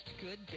good